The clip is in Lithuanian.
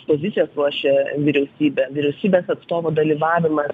pozicijas ruošia vyriausybė vyriausybės atstovo dalyvavimas